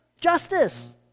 Justice